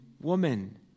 woman